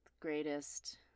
Greatest